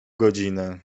godziny